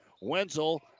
Wenzel